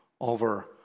over